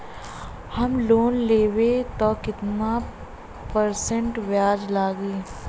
हम लोन लेब त कितना परसेंट ब्याज लागी?